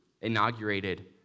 inaugurated